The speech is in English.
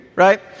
Right